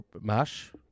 mash